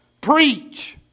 preach